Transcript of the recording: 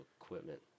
equipment